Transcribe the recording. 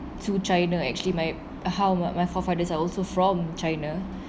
to china actually my uh how my my forefathers are also from china